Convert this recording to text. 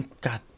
god